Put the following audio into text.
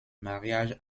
mariage